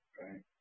right